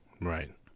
Right